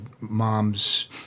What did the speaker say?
mom's